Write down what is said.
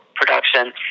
production